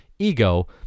Ego